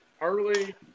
early